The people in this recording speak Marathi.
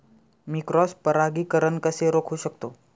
मी क्रॉस परागीकरण कसे रोखू शकतो?